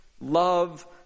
love